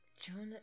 Jonah